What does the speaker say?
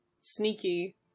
sneaky